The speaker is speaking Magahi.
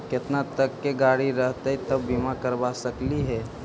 केतना तक के गाड़ी रहतै त बिमा करबा सकली हे?